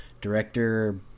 Director